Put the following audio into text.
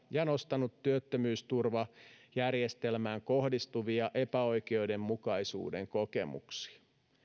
ja nostanut työttömyysturvajärjestelmään kohdistuvia epäoikeudenmukaisuuden kokemuksia